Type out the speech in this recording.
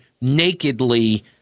nakedly